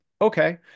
okay